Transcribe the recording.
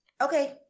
Okay